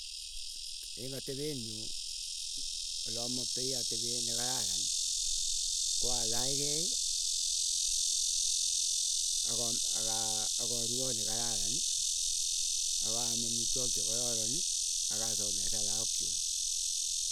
Eng atepenyu, olomoktai atepee nekararani, koo alachkei akaru koot nekararani. Akaam amitwak chekororoni akasomeshen laak chuu.